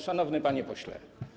Szanowny Panie Pośle!